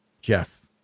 Jeff